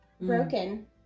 broken